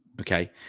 Okay